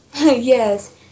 Yes